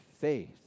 faith